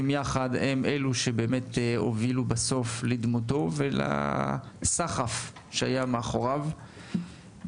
שהובילו בסוף לדמותו ולסחף שהיה מאחוריו,